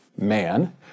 man